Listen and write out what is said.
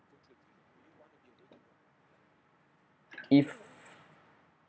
if